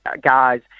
guys